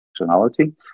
functionality